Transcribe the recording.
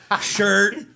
shirt